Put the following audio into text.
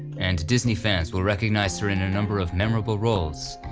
and disney fans will recognize her in a number of memorable roles,